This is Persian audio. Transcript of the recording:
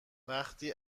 وقتی